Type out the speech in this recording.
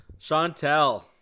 Chantel